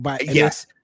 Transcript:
Yes